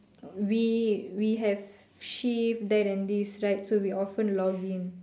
we we have shift that and this right so we often login